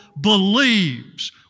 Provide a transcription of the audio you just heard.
believes